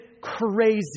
crazy